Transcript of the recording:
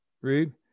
read